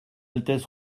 altesse